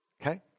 Okay